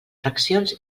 fraccions